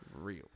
real